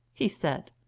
he said.